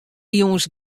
jûns